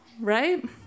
right